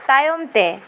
ᱛᱟᱭᱚᱢ ᱛᱮ